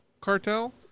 cartel